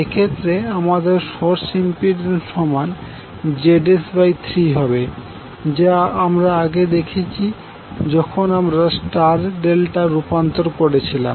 এক্ষেত্রে আমাদের source impedance সমান ZS3 হবে যা আমরা আগে দেখেছি যখন আমরা স্টার ডেল্টা রূপান্তর করেছিলাম